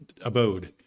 abode